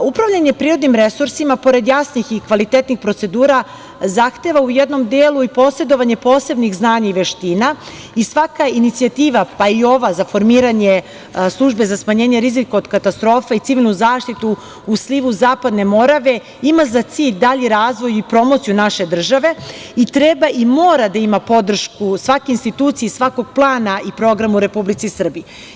Upravljanje prirodnim resursima pored jasnih i kvalitetnih procedura zahteva u jednom delu i posedovanje posebnih znanja i veština i svaka inicijativa, pa i ova za formiranje službe za smanjenje rizika od katastrofa i civilnu zaštitu u slivu Zapadne Morave ima za cilj dalji razvoj i promociju naše države i treba i mora da ima podršku svake institucije i svakog plana i programa u Republici Srbiji.